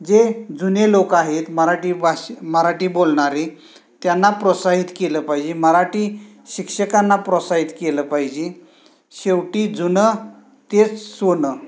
जे जुने लोकं आहेत मराठी भाष मराठी बोलणारी त्यांना प्रोत्साहीत केलं पाहिजे मराठी शिक्षकांना प्रोत्साहीत केलं पाहिजे शेवटी जुनं तेच सोनं